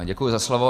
Děkuji za slovo.